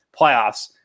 playoffs